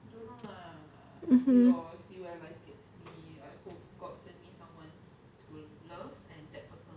hmm